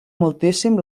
moltíssim